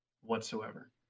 whatsoever